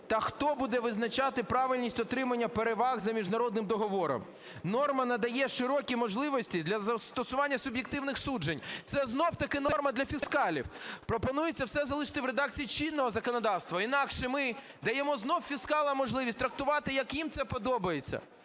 та хто буде визначати правильність отримання переваг за міжнародним договором. Норма надає широкі можливості для застосування суб'єктивних суджень. Це знову-таки норма для фіскалів. Пропонується все залишити в редакції чинного законодавства, інакше ми даємо знову фіскалам можливість трактувати, як їм це подобається,